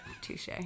touche